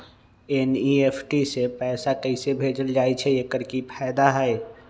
NEFT से पैसा कैसे भेजल जाइछइ? एकर की फायदा हई?